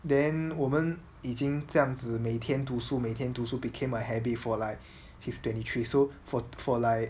then 我们已经这样子每天读书每天读书 became a habit for like his twenty three so for for like